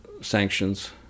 sanctions